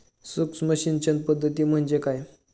सूक्ष्म सिंचन पद्धती म्हणजे काय?